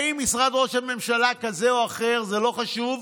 האם משרד ראש ממשלה כזה או אחר, זה לא חשוב,